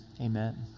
amen